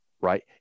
right